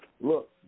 look